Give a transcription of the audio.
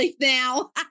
now